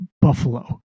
Buffalo